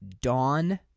dawn